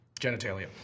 Genitalia